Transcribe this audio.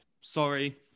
Sorry